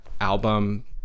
album